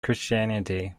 christianity